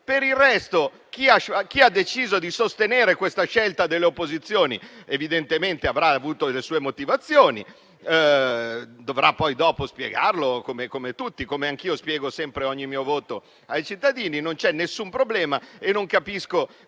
Per il resto, chi ha deciso di sostenere questa scelta delle opposizioni evidentemente avrà avuto le sue motivazioni. Dovrà poi spiegarlo, come tutti, come anch'io spiego sempre ogni mio voto ai cittadini. Non c'è nessun problema e non capisco